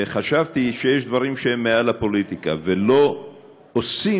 חשבתי שיש דברים שהם מעל לפוליטיקה ולא עושים